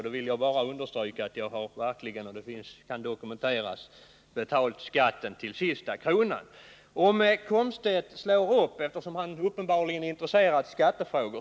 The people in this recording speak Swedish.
Då vill jag bara understryka att jag verkligen — och det kan dokumenteras — har betalt min skatt till sista kronan. Wiggo Komstedt är uppenbarligen intresserad av skattefrågor.